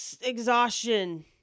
Exhaustion